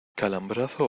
calambrazo